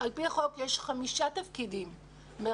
על פי החוק יש חמישה תפקידים מרכזיים: